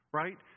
right